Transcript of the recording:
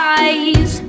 eyes